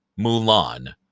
Mulan